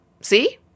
See